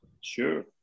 Sure